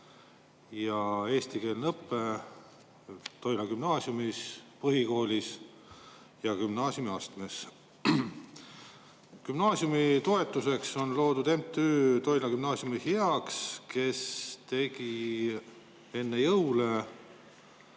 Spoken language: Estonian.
ja eestikeelne õpe Toila Gümnaasiumi põhikooliosas ja gümnaasiumiastmes. Gümnaasiumi toetuseks on loodud MTÜ Toila Gümnaasiumi Heaks, mis tegi enne jõule